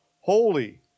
holy